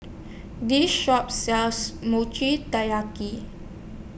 This Shop sells Mochi Taiyaki